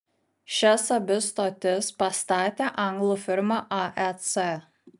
šias abi stotis pastatė anglų firma aec